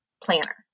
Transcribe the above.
planner